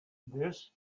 this